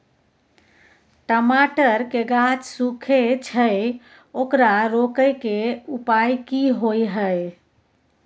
टमाटर के गाछ सूखे छै ओकरा रोके के उपाय कि होय है?